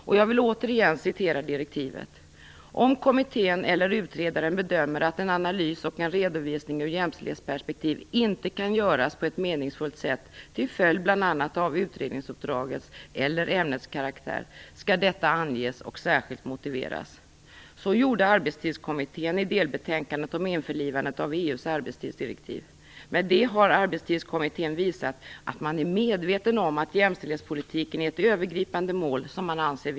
Och jag vill återigen citera direktivet: "Om kommittén eller utredaren bedömer att en analys och en redovisning ur jämställdhetsperspektiv inte kan göras på ett meningsfullt sätt till följd av bl.a. utredningsuppdragets eller ämnets karaktär, skall detta anges och särskilt motiveras." Detta gjorde Arbetstidskommittén i delbetänkandet om införlivandet av EU:s arbetstidsdirektiv. Därigenom har Arbetstidskommittén visat att man är medveten om att jämställdhetspolitiken är ett viktigt övergripande mål.